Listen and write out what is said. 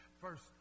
First